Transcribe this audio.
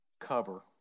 Cover